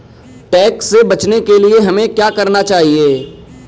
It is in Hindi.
टैक्स से बचने के लिए हमें क्या करना चाहिए?